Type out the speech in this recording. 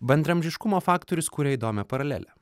bandraamžiškumo faktorius kuria įdomią paralelę